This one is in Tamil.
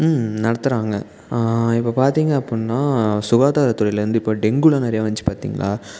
ம் நடத்துறாங்க இப்போ பார்த்தீங்க அப்டின்னா சுகாதார துறையிலேருந்து இப்போ டெங்குலாம் நிறைய வந்துச்சி பார்த்திங்களா